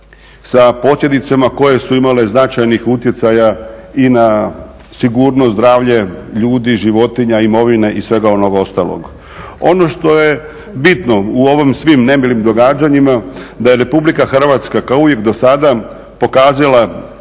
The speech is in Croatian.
sa posljedicama koje su imale značajnih utjecaja i na sigurnost, zdravlje ljudi, životinja, imovine i svega onog ostalog. Ono što je bitno u ovim svim nemilim događanjima da je Republika Hrvatska kako uvijek do sada pokazala